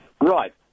Right